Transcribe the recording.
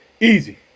easy